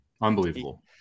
unbelievable